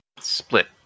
split